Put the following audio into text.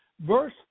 verse